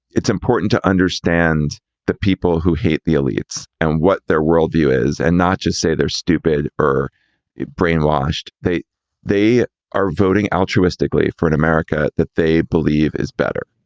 it's important to understand that people who hate the elites and what their world view is and not just say they're stupid or brainwashed, they they are voting altruistically for an america that they believe is better.